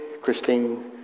Christine